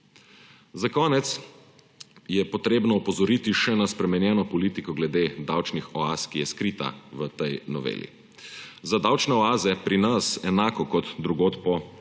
Za konec je potrebno opozoriti še na spremenjeno politiko glede davčnih oaz, ki je skrita v tej noveli. Za davčne oaze pri nas enako kot drugod po